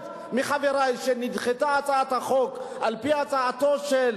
אחד מחברי שנדחתה הצעת החוק שלו על-פי הצעתו של